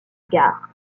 gare